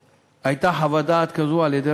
הציע את זה חבר הכנסת מאיר כהן בצורה נכונה.